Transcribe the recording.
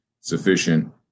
sufficient